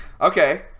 Okay